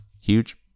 Huge